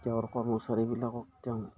তেওঁৰ কৰ্মচাৰীবিলাকক তেওঁ